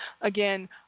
again